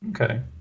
Okay